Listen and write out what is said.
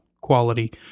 quality